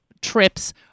trips